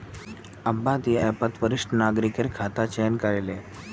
अब्बा ती ऐपत वरिष्ठ नागरिकेर खाता चयन करे ले